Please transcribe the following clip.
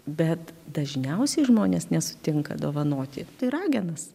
bet dažniausiai žmonės nesutinka dovanoti tai ragenas